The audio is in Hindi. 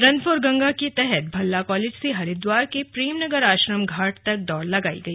रन फॉर गंगा के तहत भल्ला कालेज से हरिद्वार के प्रेमनगर आश्रम घाट तक दौड़ लगाई गई